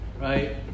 right